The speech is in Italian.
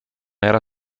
era